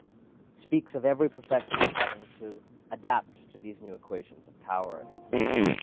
speaks of every profession's having to adapt to these new equations of power and influence.